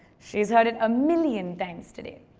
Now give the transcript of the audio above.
she's heard it a million times today.